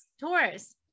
Taurus